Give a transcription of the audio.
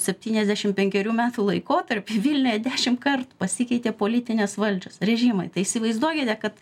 septyniasdešim penkerių metų laikotarpį vilniuje dešimtkart pasikeitė politinės valdžios režimai tai įsivaizduokite kad